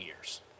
years